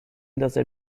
ندازه